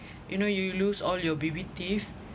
you know you lose all your baby teeth